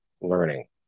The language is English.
learning